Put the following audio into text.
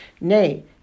Nay